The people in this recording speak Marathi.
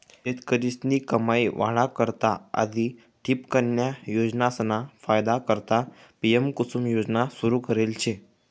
शेतकरीस्नी कमाई वाढा करता आधी ठिबकन्या योजनासना फायदा करता पी.एम.कुसुम योजना सुरू करेल शे